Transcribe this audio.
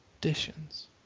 conditions